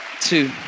two